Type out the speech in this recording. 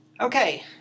Okay